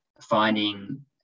finding